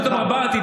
ההתנהגות הברברית?